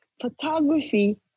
Photography